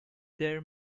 there